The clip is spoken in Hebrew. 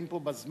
שנמצאים פה בזמן